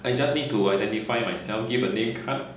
I just need to identify myself give a name card